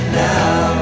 now